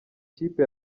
kipe